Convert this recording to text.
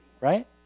right